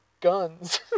guns